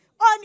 On